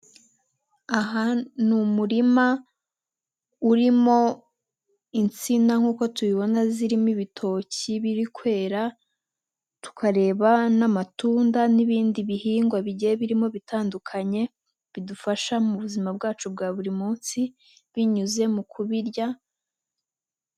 Aha n'umurima urimo insina nk'uko tubibona zirimo ibitoki biri kwera, tukareba n'amatunda n'ibindi bihingwa bigiye birimo bitandukanye, bidufasha mu buzima bwacu bwa buri munsi binyuze mu kubirya.